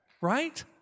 right